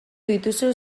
dituzu